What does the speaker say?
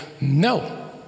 No